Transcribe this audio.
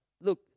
look